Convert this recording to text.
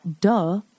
Duh